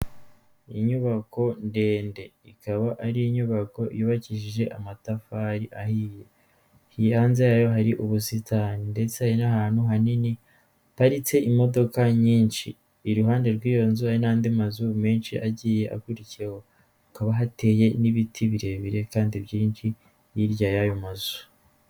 Inyubako ndende ikaba ari inyubako yubakishije amatafari ahiye, hanze yaho hari ubusitani ndetse hari n'ahantu hanini haparitse imodoka nyinshi, iruhande rw'iyo nzu hari n'andi mazu menshi agiye akurikiyeho hakaba hateye n'ibiti birebire kandi byinshi hirya y'ayo mazu.